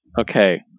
Okay